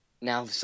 now